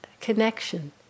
connection